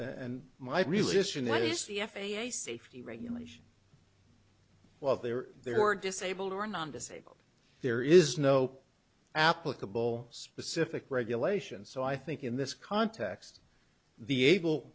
and my religion that is the f a a safety regulations while there they were disabled or non disabled there is no applicable specific regulation so i think in this context the able